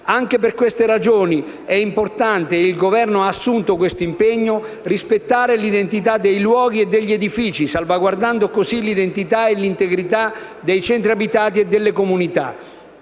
Anche per queste ragioni è importante - e il Governo ne ha assunto l'impegno - rispettare l'identità dei luoghi e degli edifici, salvaguardando così l'identità e l'integrità dei centri abitati e delle comunità.